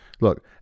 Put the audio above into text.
look